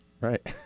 Right